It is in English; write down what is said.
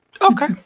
Okay